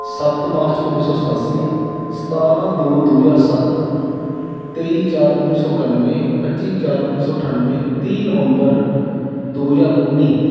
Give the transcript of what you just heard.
ਸੱਤ ਮਾਰਚ ਉੱਨੀ ਸੌ ਸਤਾਸੀ ਸਤਾਰ੍ਹਾਂ ਦੋ ਦੋ ਹਜ਼ਾਰ ਸੱਤ ਤੇਈ ਚਾਰ ਉੱਨੀ ਸੌ ਇਕਾਨਵੇਂ ਪੱਚੀ ਚਾਰ ਉੱਨੀ ਸੌ ਅਠਾਨਵੇਂ ਤੀਹ ਨਵੰਬਰ ਦੋ ਹਜ਼ਾਰ ਉੱਨੀ